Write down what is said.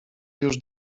już